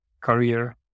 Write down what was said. career